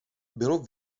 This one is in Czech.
bylo